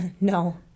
No